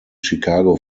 chicago